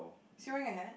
is he wearing a hat